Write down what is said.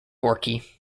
gorky